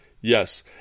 Yes